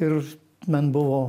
ir man buvo